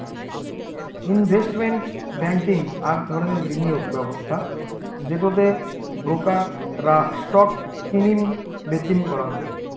investment banking আক ধরণের বিনিয়োগ ব্যবস্থা যেটো তে ব্রোকার রা স্টক কিনিম বেচিম করাং